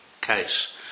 case